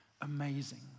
amazing